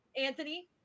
Anthony